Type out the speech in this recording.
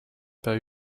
pas